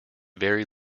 very